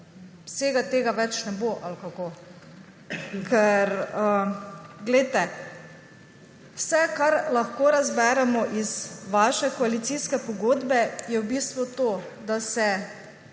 vsega tega več ne bo, ali kako? Vse, kar lahko razberemo iz vaše koalicijske pogodbe, je v bistvu to, da se